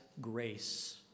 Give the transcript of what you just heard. grace